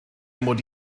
mod